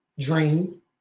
dream